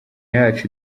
yacu